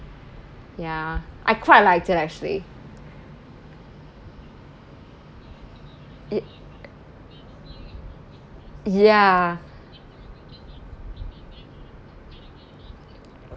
ya I quite liked it actually y~ ya